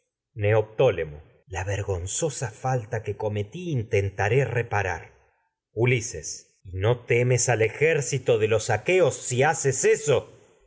que cometí in neoptólemo la vergonzosa tentaré reparar ulises y no temes al ejército de los aqueos si haces eso